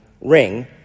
ring